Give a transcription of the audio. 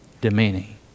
Demeaning